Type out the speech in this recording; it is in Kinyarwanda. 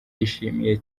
yishimiye